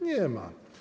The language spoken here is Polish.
Nie ma.